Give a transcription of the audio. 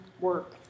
work